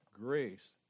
grace